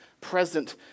present